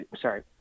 sorry